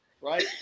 right